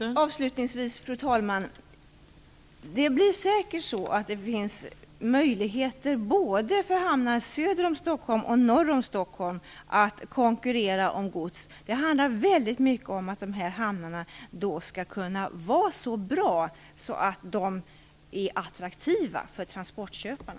Fru talman! Avslutningsvis: Det kommer säkert att finnas möjligheter för hamnar både söder och norr om Stockholm att konkurrera om gods. Det handlar till stor del om att de här hamnarna blir så bra att de är attraktiva för transportköparna.